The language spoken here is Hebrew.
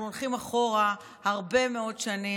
אנחנו הולכים אחורה הרבה מאוד שנים.